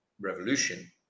revolution